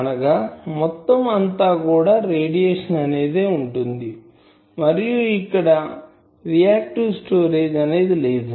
అనగా మొత్తం అంతా కూడా రేడియేషన్ అనేదే ఉంటుంది మరియు ఇక్కడ రియాక్టివ్ స్టోరేజీ అనేది లేదు